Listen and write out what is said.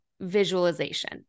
Visualization